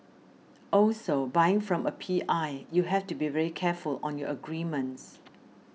also buying from a P I you have to be very careful on your agreements